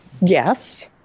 Yes